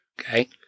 Okay